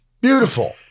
Beautiful